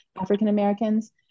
African-Americans